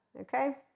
okay